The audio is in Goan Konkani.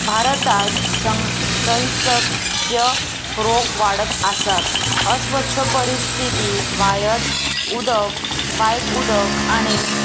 भारतांत संसचे रोग वाडत आसात अस्वच्छ परिस्थिती वायर्ड उदक वायट उदक आनी